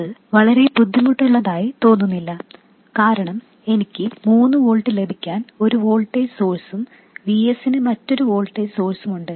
അത് വളരെ ബുദ്ധിമുട്ടുള്ളതായി തോന്നുന്നില്ല കാരണം എനിക്ക് 3 വോൾട്ട് ലഭിക്കാൻ ഒരു വോൾട്ടേജ് സോഴ്സും Vs ന് മറ്റൊരു വോൾട്ടേജ് സോഴ്സ്മുണ്ട്